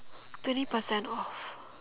twenty percent off